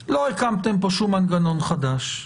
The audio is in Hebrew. כאן לא הקמתם שום מנגנון חדש,